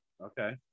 Okay